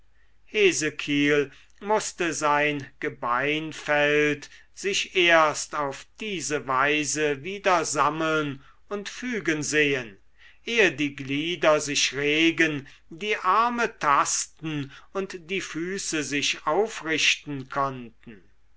mußte sein gebeinfeld sich erst auf diese weise wieder sammeln und fügen sehen ehe die glieder sich regen die arme tasten und die füße sich aufrichten konnten